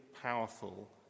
powerful